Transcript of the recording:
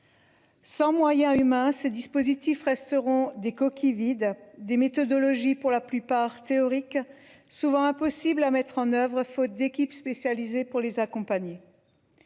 Sans moyens humains ce dispositif resteront des coquilles vides, des méthodologies pour la plupart théorique souvent impossible à mettre en oeuvre faute d'équipes spécialisées pour les accompagner.